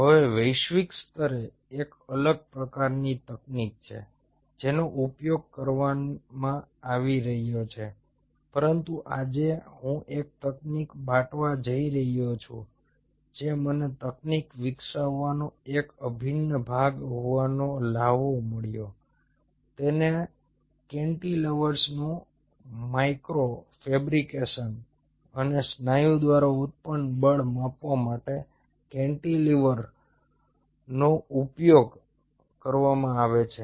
હવે વૈશ્વિક સ્તરે એક અલગ પ્રકારની તકનીક છે જેનો ઉપયોગ કરવામાં આવી રહ્યો છે પરંતુ આજે હું એક તકનીક બાટવા જઈ રહ્યો છું જે મને તકનીક વિકસાવવાનો એક અભિન્ન ભાગ હોવાનો લહાવો મળ્યો તેને કેન્ટિલેવર્સનું માઇક્રો ફેબ્રિકેશન અને સ્નાયુ દ્વારા ઉત્પન્ન બળ માપવા માટે કેન્ટીલિવર્સનો ઉપયોગ કરવામાં આવે છે